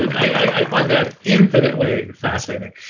i find that infinitely fascinating.